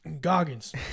Goggins